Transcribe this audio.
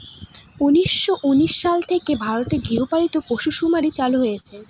উনিশশো উনিশ সাল থেকে ভারতে গৃহপালিত পশুসুমারী চালু হয়েছে